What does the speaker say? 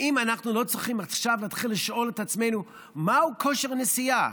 האם אנחנו לא צריכים עכשיו להתחיל לשאול את עצמנו מהו כושר הנשיאה?